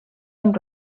amb